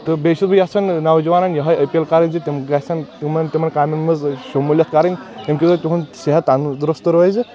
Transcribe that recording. تہٕ بییٚہِ چھُس بہٕ یژھان نوجوانن یہے أپیٖل کرٕنۍ زِ تِم گژھن تِمن تِمن کامٮ۪ن منٛز شموٗلیت کرٕنۍ یِم کہِ زن تہنٛد صحت تندرست روزِ